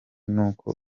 nuko